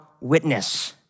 witness